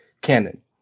canon